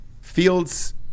Fields